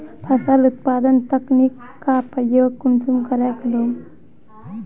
फसल उत्पादन तकनीक का प्रयोग कुंसम करे करूम?